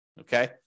Okay